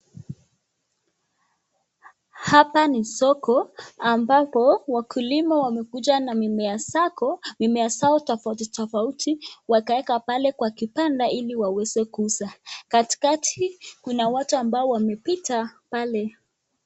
Hapa ni soko, ambako wakulima wamekuja na minea zao tofautitofauti, wakeka pale kwa kibanda ili waweze kuuza, katikati kuna watu ambao wamepita pale.